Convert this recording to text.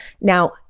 Now